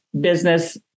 business